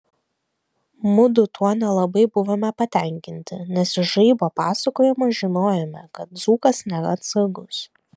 mudu tuo nelabai buvome patenkinti nes iš žaibo pasakojimo žinojome kad dzūkas nėra atsargus